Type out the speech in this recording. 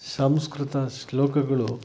ಸಂಸ್ಕೃತ ಶ್ಲೋಕಗಳು